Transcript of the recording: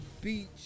Beach